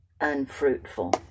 unfruitful